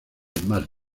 más